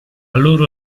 loro